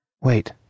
Wait